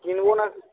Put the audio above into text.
কিনবো না